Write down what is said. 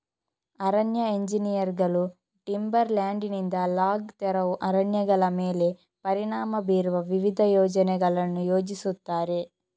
ಅರಣ್ಯ ಎಂಜಿನಿಯರುಗಳು ಟಿಂಬರ್ ಲ್ಯಾಂಡಿನಿಂದ ಲಾಗ್ ತೆರವು ಅರಣ್ಯಗಳ ಮೇಲೆ ಪರಿಣಾಮ ಬೀರುವ ವಿವಿಧ ಯೋಜನೆಗಳನ್ನು ಯೋಜಿಸುತ್ತಾರೆ